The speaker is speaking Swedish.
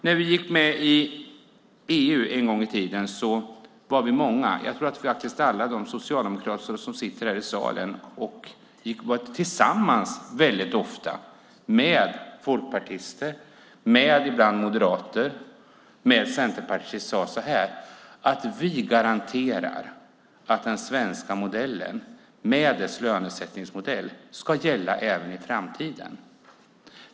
När vi en gång i tiden gick med i EU var vi många - jag tror att det faktiskt gäller alla socialdemokrater som nu finns här i salen, och väldigt ofta var det tillsammans med folkpartister och ibland med moderater och med centerpartister - som sade: Vi garanterar att den svenska modellen med dess lönesättningsform ska gälla även i framtiden.